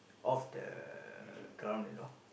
off the ground you know